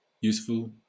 useful